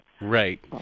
Right